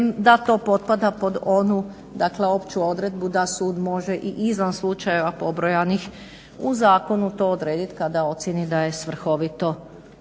da to potpada pod onu, dakle opću odredbu da sud može i izvan slučajeva pobrojanih u zakonu to odredit kada ocijeni da je svrhovito